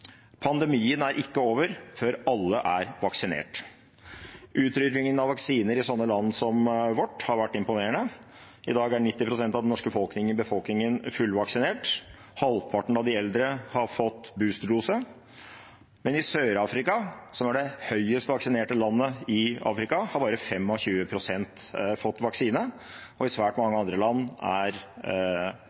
er ikke over før alle er vaksinert.» Utrullingen av vaksiner i land som vårt, har vært imponerende. I dag er 90 pst. av den norske befolkningen fullvaksinert, og halvparten av de eldre har fått en booster-dose. Men i Sør-Afrika, som er landet med høyest vaksinedekning i Afrika, har bare 25 pst. fått vaksine, og i svært mange andre land er